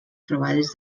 trobades